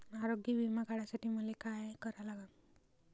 आरोग्य बिमा काढासाठी मले काय करा लागन?